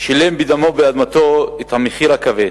שילם בדמו ובאדמתו את המחיר הכבד,